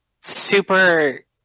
super